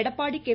Edappadi K